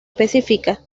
específica